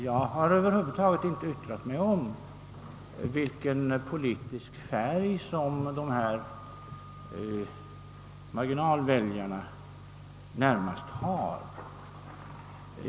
Jag har över huvud taget inte yttrat mig om vilken politisk färg som marginalväljarna har.